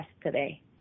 today